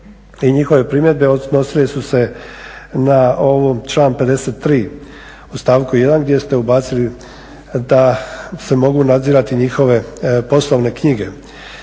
i njihove primjedbe odnosile su se na ovaj član 53. u stavku 1. gdje ste ubacili da se mogu nadzirati njihove poslovne knjige.